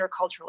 intercultural